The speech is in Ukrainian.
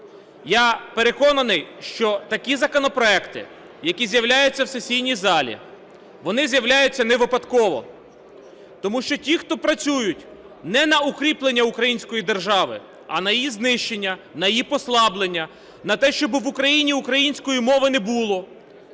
Я переконаний, що такі законопроекти, які з'являються в сесійній залі, вони з'являються невипадково, тому що ті, хто працюють не на укріплення української держави, а на її знищення, на її послаблення, на те, щоб в Україні української мови не було,